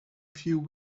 few